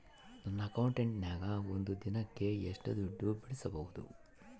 ನನ್ನ ಅಕೌಂಟಿನ್ಯಾಗ ಒಂದು ದಿನಕ್ಕ ಎಷ್ಟು ದುಡ್ಡು ಬಿಡಿಸಬಹುದು?